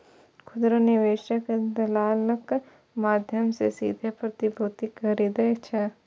खुदरा निवेशक दलालक माध्यम सं सीधे प्रतिभूति खरीदै छै